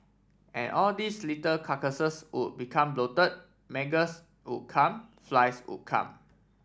and all these little carcasses would become bloated maggots would come flies would come